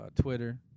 Twitter